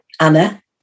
Anna